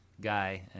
guy